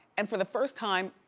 and for the first time,